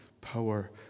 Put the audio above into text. power